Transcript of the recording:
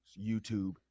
YouTube